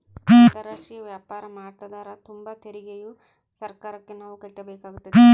ಅಂತಾರಾಷ್ಟ್ರೀಯ ವ್ಯಾಪಾರ ಮಾಡ್ತದರ ತುಂಬ ತೆರಿಗೆಯು ಸರ್ಕಾರಕ್ಕೆ ನಾವು ಕಟ್ಟಬೇಕಾಗುತ್ತದೆ